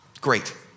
Great